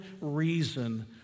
reason